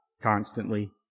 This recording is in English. constantly